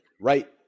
right